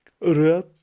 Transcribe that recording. Right